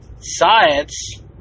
science